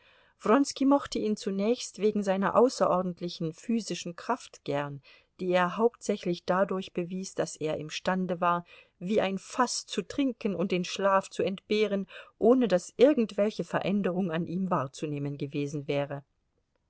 wronski mochte ihn zunächst wegen seiner außerordentlichen physischen kraft gern die er hauptsächlich dadurch bewies daß er imstande war wie ein faß zu trinken und den schlaf zu entbehren ohne daß irgendwelche veränderung an ihm wahrzunehmen gewesen wäre